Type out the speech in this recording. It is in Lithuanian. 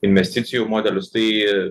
investicijų modelius tai